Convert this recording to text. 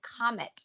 comet